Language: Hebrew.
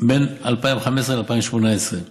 בין 2015 ל-2018,